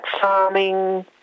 farming